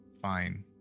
Fine